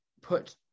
put